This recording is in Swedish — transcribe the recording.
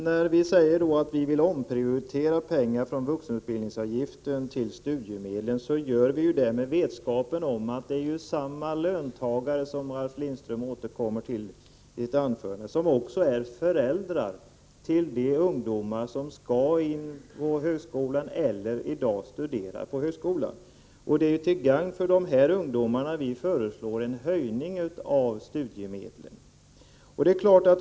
När vi säger att vi vill omprioritera pengar från vuxenutbildningsavgiften till studiemedlen gör vi det med vetskap om att samma löntagare som Ralf Lindström talar om också är föräldrar till de ungdomar som skall in på högskolan eller i dag studerar på högskolan. Det är till gagn för dessa ungdomar som vi föreslår en höjning av studiemedlen.